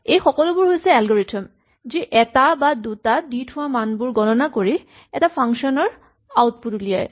এই সকলোবোৰ হৈছে এলগৰিথম যি এটা বা দুটা দি থোৱা মানবোৰ গণনা কৰি এই ফাংচন টোৰ আউটপুট উলিয়ায়